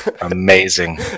Amazing